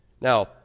Now